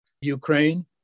Ukraine